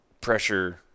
pressure